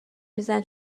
میزنه